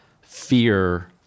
fear